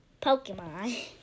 Pokemon